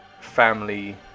family